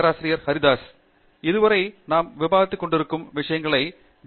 பேராசிரியர் பிரதாப் ஹரிடாஸ் எனவே இதுவரை நாம் விவாதித்துக் கொண்டிருக்கும் சில விஷயங்கள் ஜே